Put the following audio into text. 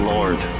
Lord